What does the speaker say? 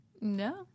No